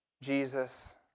Jesus